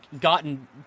gotten